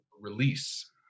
release